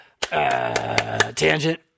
Tangent